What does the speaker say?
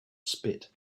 spit